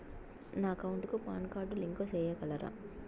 నా అకౌంట్ కు PAN card link సేయగలరా?